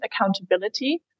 accountability